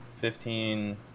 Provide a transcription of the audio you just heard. fifteen